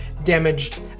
damaged